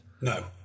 No